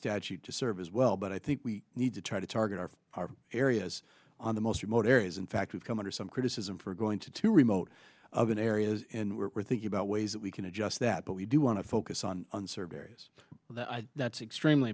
statute to serve as well but i think we need to try to target our areas on the most remote areas in fact we've come under some criticism for going to two remote oven areas and we're thinking about ways that we can adjust that but we do want to focus on surveys that's extremely